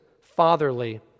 fatherly